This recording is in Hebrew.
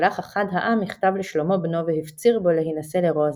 שלח אחד העם מכתב לשלמה בנו והפציר בו להינשא לרוזה.